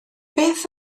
beth